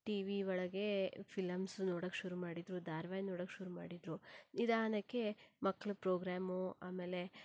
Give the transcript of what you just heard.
T V ಒಳಗೆ films ನೋಡೋಕ್ಕೆ ಶುರು ಮಾಡಿದರು ಧಾರಾವಾಹಿ ನೋಡೋಕ್ಕೆ ಶುರು ಮಾಡಿದರು ನಿಧಾನಕ್ಕೆ ಮಕ್ಕಳ ಪ್ರೋಗ್ರಾಮ್ ಆಮೇಲೆ